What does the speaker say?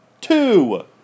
two